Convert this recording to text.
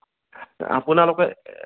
আপোনালোকে